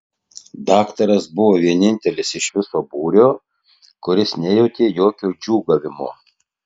daktaras buvo vienintelis iš viso būrio kuris nejautė jokio džiūgavimo